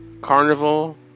Carnival